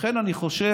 לכן אני חושב